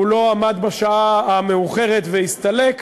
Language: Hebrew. הוא לא עמד בשעה המאוחרת והסתלק,